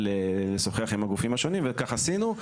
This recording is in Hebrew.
וכך עשינו.